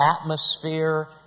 atmosphere